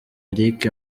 eric